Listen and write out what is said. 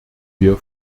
wir